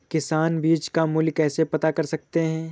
किसान बीज का मूल्य कैसे पता कर सकते हैं?